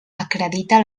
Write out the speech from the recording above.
acredita